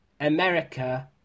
America